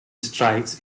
strikes